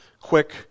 quick